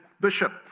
Bishop